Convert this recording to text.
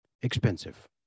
expensive